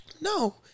No